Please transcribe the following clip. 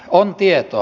on tietoa